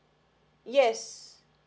yes